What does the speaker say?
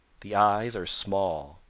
the eyes are small.